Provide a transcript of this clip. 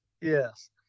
yes